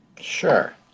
Sure